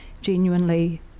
genuinely